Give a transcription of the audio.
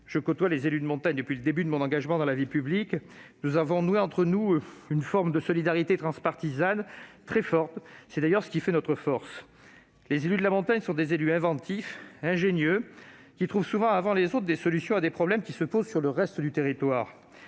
Je côtoie les élus de montagne depuis le début de mon engagement dans la vie publique. Nous avons noué entre nous une forme de solidarité transpartisane qui fait notre force. Les élus de la montagne sont inventifs et ingénieux, de sorte qu'ils trouvent souvent avant les autres des solutions à des problèmes qui se posent sur le reste du territoire.